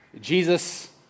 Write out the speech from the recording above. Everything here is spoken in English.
Jesus